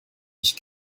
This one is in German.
mich